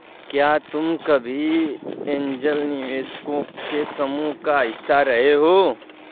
क्या तुम कभी ऐन्जल निवेशकों के समूह का हिस्सा रहे हो?